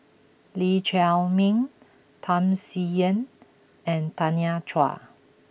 Lee Chiaw Meng Tham Sien Yen and Tanya Chua